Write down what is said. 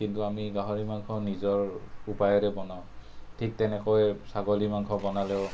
কিন্তু আমি গাহৰি মাংস নিজৰ উপায়েৰে বনাও ঠিক তেনেকৈ ছাগলী মাংস বনালেও